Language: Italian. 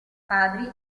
padri